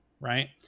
right